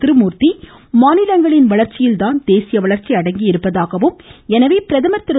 திருமூர்த்தி மாநிலங்களின் வளர்ச்சியில் தான் தேசிய வளர்ச்சி அடங்கியிருப்பதாகவும் எனவே பிரதமர் திரு